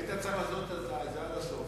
היית צריך לעשות את זה עד הסוף,